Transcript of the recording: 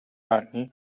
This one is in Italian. anni